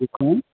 जी कौन